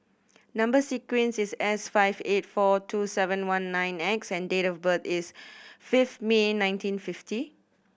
number sequence is S five eight four two seven one nine X and date of birth is fifth May nineteen fifty